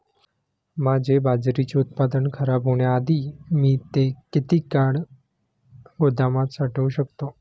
माझे बाजरीचे उत्पादन खराब होण्याआधी मी ते किती काळ गोदामात साठवू शकतो?